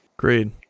Agreed